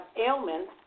ailments